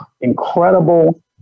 incredible